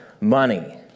money